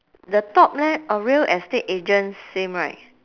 the top leh our real estate agents same right